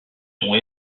sont